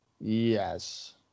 Yes